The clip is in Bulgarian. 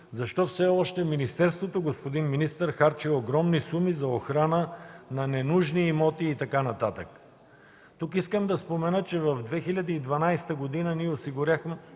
защо все още министерството, господин министър, харчи огромни суми за охрана на ненужни имоти и така нататък. Тук искам да спомена, че през 2012 г. успяхме